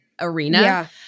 arena